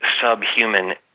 subhuman